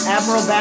Admiral